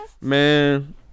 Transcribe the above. man